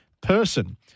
person